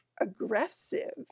aggressive